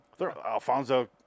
Alfonso